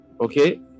okay